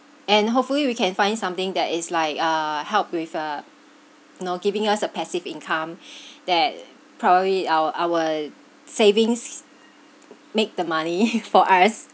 and hopefully we can find something that is like uh help with a know giving us a passive income that probably our our savings make the money for us